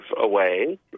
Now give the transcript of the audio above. away